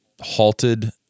halted